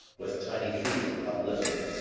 with tiny feet uplifted.